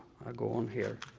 i go on here.